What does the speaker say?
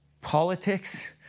politics